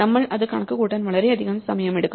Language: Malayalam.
നമ്മൾ ഇത് കണക്കുകൂട്ടാൻ വളരെയധികം സമയമെടുക്കും